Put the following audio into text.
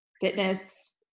fitness